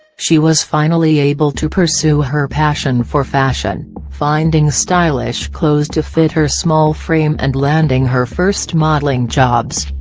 she was finally able to pursue her passion for fashion finding stylish clothes to fit her small frame and landing her first modelling jobs.